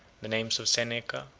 the names of seneca,